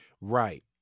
Right